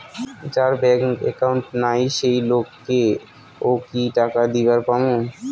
যার bank account নাই সেই লোক কে ও কি টাকা দিবার পামু?